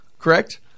Correct